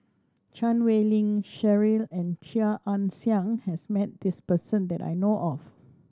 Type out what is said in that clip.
Chan Wei Ling Cheryl and Chia Ann Siang has met this person that I know of